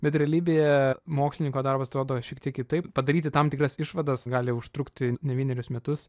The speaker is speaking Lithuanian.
bet realybėje mokslininko darbas atrodo šiek tiek kitaip padaryti tam tikras išvadas gali užtrukti ne vienerius metus